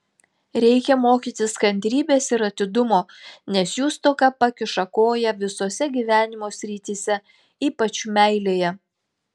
reikia mokytis kantrybės ir atidumo nes jų stoka pakiša koją visose gyvenimo srityse ypač meilėje